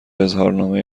اظهارنامه